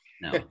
No